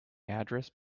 address